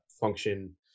function